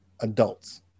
adults